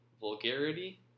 vulgarity